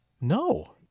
no